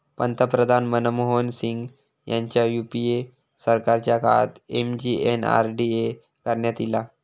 पंतप्रधान मनमोहन सिंग ह्यांच्या यूपीए सरकारच्या काळात एम.जी.एन.आर.डी.ए करण्यात ईला